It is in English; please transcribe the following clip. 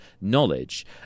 knowledge